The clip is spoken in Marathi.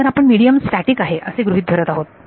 तर आपण मिडीयम स्टॅटिक आहे असे गृहीत धरत आहोत